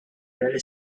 really